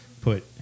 put